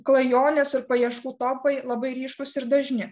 klajonės ir paieškų topai labai ryškūs ir dažni